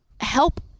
help